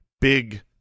big